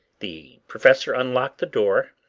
the professor unlocked the door,